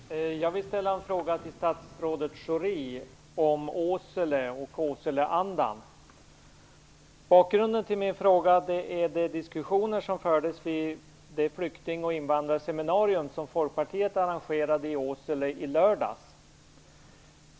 Fru talman! Jag vill ställa en fråga till statsrådet Bakgrunden till min fråga är de diskussioner som fördes vid det flykting och invandrarseminarium som Folkpartiet arrangerade i Åsele i lördags.